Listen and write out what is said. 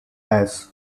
also